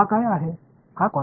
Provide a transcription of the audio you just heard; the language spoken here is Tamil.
இந்த பையன் ஒரு கான்ஸ்டன்ட்